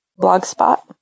Blogspot